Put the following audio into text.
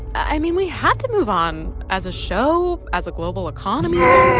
i mean, we had to move on as a show, as a global economy